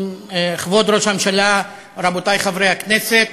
כבוד ראש הממשלה, רבותי חברי הכנסת,